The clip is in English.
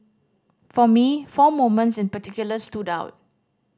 for me four moments in particular stood out